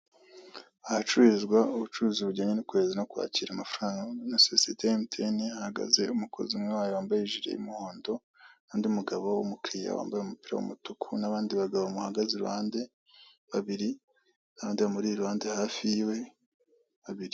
Ahacururizwa ubucuruzi bujyanye no kohereza no kwakira amafaranga na sosiyete ya emutiyene hahagaze umukozi umwe wayo wambaye ijiri y'umuhondo, n'undi mugabo w'umukiriya wambaye umupira w'umutuku n'abandi bagabo bamuhagaze i ruhande babiri n'abandi bamuri iruhande hafi yiwe babiri.